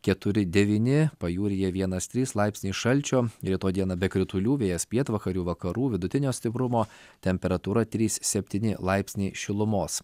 keturi devyni pajūryje vienas trys laipsniai šalčio rytoj dieną be kritulių vėjas pietvakarių vakarų vidutinio stiprumo temperatūra trys septyni laipsniai šilumos